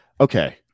Okay